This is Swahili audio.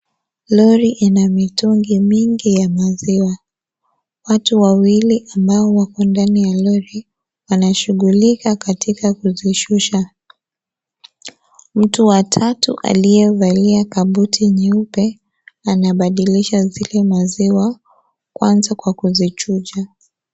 Lori ina mitungi mingi ya maziwa. Watu wawili ambao wako ndani ya lori wanashughulika katika kuzishusha. Mtu wa tatu aliyevalia kabuti nyeupe anabadilisha zile maziwa kwanza Kwa kusichucha.